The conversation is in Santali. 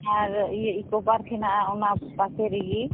ᱟᱨ ᱤᱭᱟᱹ ᱤᱠᱳ ᱯᱟᱨᱠ ᱦᱮᱱᱟᱜᱼᱟ ᱚᱱᱟ ᱯᱟᱥᱮ ᱨᱮᱜᱮ